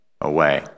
away